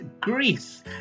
Greece